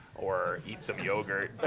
or eat some yogurt.